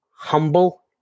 Humble